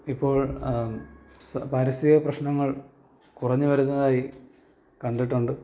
ഇപ്പോൾ പാരിസ്ഥിതിക പ്രശ്നങ്ങൾ കുറഞ്ഞ് വരുന്നതായി കണ്ടിട്ടുണ്ട്